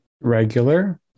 Regular